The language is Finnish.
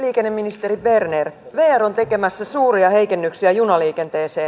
liikenneministeri berner vr on tekemässä suuria heikennyksiä junaliikenteeseen